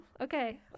okay